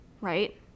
right